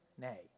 nay